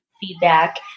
feedback